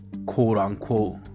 quote-unquote